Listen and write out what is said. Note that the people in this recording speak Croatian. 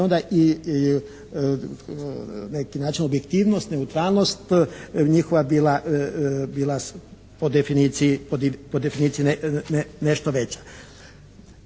bi onda i na neki način objektivnost, neutralnost njihova bila po definiciji nešto veća.